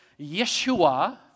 Yeshua